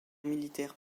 militaire